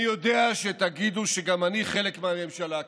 אני יודע שתגידו שגם אני חלק מהממשלה.